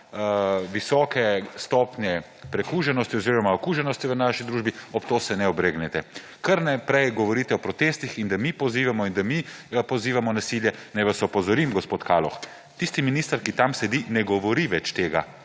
visoke stopnje prekuženosti oziroma okuženosti v naši družbi − ob to se ne obregnete, kar naprej govorite o protestih in da mi pozivamo k nasilju. Naj vas opozorim, gospod Kaloh, tisti minister, ki tam sedi, ne govori več tega,